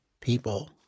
people